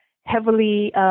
heavily